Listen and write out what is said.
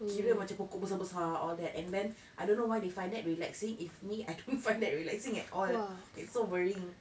kira macam pokok besar-besar all that and then I don't know why they find that relaxing if me I don't find that relaxing at all it's so worrying